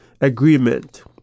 agreement